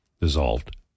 dissolved